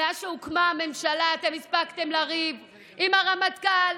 מאז שהוקמה הממשלה אתם הספקתם לריב עם הרמטכ"ל,